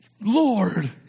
Lord